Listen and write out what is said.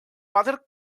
father